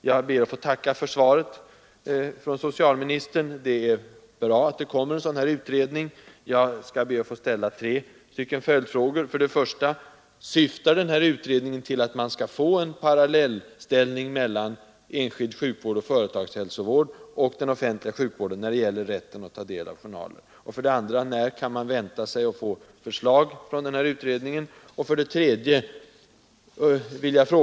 Jag ber att få tacka för svaret från socialministern. Det är bra att det kommer en utredning. Jag vill därför ställa tre följdfrågor. 1. Syftar utredningen till att åstadkomma en parallellställning mellan enskild sjukvård och företagshälsovård och den offentliga sjukvården när det gäller rätten att ta del av journaler? 2. När kan man vänta sig att få förslag från utredningen? 3.